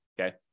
okay